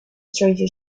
stranger